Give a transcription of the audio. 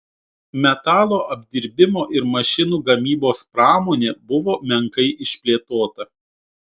metalo apdirbimo ir mašinų gamybos pramonė buvo menkai išplėtota